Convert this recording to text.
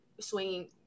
swinging